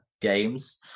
games